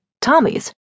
Tommy's